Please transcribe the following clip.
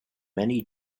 many